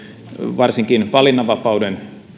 varsinkin valinnanvapauden